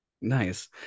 Nice